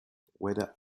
whether